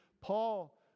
Paul